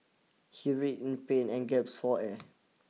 he writhed in pain and gasped for air